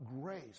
grace